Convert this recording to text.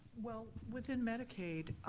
well, within medicaid,